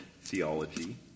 theology